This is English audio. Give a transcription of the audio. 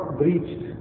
breached